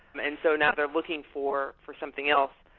and and so now, they're looking for for something else.